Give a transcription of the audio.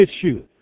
issue